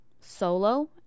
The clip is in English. solo